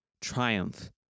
triumph